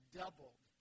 doubled